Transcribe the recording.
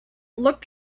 looked